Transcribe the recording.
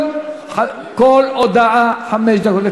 כל הודעה חמש דקות,